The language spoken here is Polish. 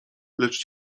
lecz